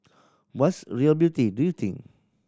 what's real beauty do you think